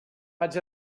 vaig